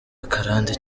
akarande